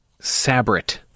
Sabret